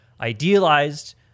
idealized